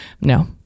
No